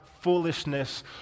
foolishness